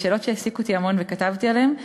אלה שאלות שהעסיקו אותי המון וכתבתי עליהן.